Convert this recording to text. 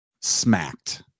smacked